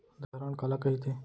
धरण काला कहिथे?